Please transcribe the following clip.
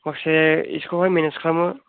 माखासे इस्कुलावहाय मेनेज खालामनो